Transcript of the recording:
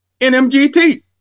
NMGT